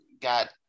got